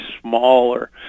smaller